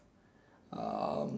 um